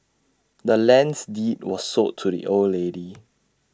the land's deed was sold to the old lady